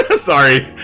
Sorry